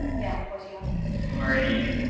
yeah of course you are. i'm already eating.